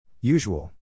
Usual